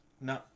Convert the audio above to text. No